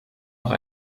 auch